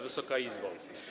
Wysoka Izbo!